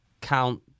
Count